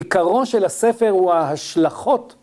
‫עיקרו של הספר הוא ההשלכות.